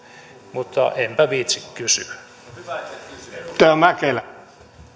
mutta enpä viitsi kysyä arvoisa puhemies